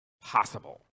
possible